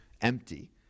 empty